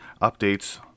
updates